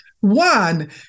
One